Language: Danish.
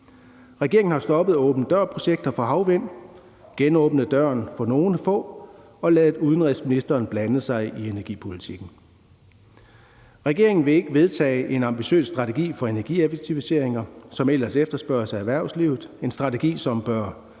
Regeringen har stoppet åben dør-projekter for havvind, genåbnet døren for nogle få og ladet udenrigsministeren blande sig i energipolitikken. Regeringen vil ikke vedtage en ambitiøs strategi for energieffektiviseringer, som ellers efterspørges af erhvervslivet. Det er en strategi, som bør